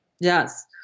Yes